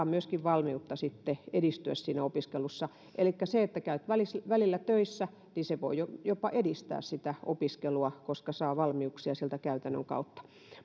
myöskin valmiutta edistyä opiskelussa elikkä se että käy välillä välillä töissä voi jopa edistää opiskelua koska saa valmiuksia sieltä käytännön kautta